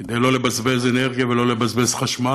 כדי לא לבזבז אנרגיה ולא לבזבז חשמל.